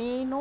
నేను